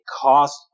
cost